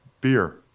Beer